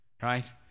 Right